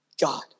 God